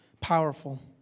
Powerful